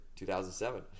2007